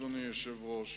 אדוני היושב-ראש: